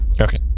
okay